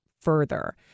further